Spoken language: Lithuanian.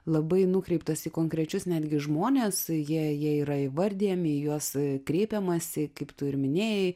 labai nukreiptas į konkrečius netgi žmones jie jie yra įvardijami į juos kreipiamasi kaip tu ir minėjai